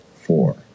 four